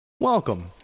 Welcome